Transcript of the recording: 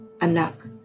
anak